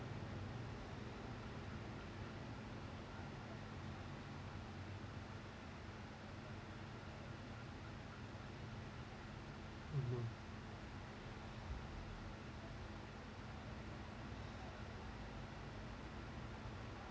mmhmm